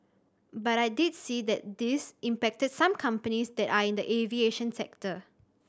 but I did see that this impacted some companies that are in the aviation sector